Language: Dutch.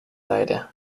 leiden